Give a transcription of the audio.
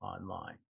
online